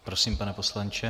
Prosím, pane poslanče.